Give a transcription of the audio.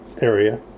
area